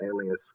alias